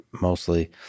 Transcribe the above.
Mostly